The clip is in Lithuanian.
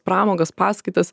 pramogas paskaitas